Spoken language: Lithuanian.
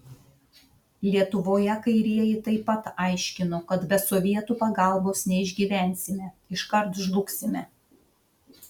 lietuvoje kairieji taip pat aiškino kad be sovietų pagalbos neišgyvensime iškart žlugsime